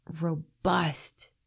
robust